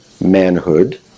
manhood